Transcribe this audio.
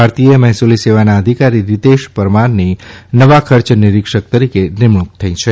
ભારતીય મહેસૂલી સેવાના અધિકારી રીતેશ પરમારની નવા ખર્ચ નીરિક્ષક તરીકે નિમણૂક થઇ છે